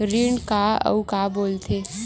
ऋण का अउ का बोल थे?